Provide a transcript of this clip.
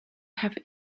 have